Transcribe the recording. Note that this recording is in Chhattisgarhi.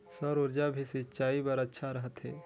सौर ऊर्जा भी सिंचाई बर अच्छा रहथे?